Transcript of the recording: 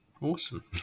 Awesome